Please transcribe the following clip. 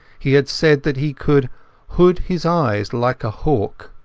he had said that he acould hood his eyes like a hawka.